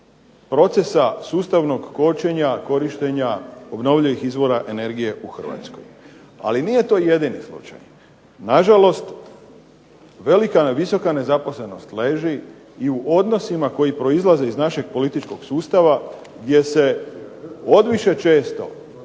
procesa sustavnog kočenja korištenja obnovljivih izvora energije u Hrvatskoj. Ali nije to jedini slučaj. Nažalost, velika, visoka nezaposlenost leži i u odnosima koji proizlaze iz našeg političkog sustava gdje se odviše često